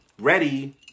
ready